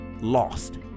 lost